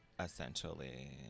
Essentially